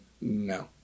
no